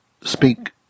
speak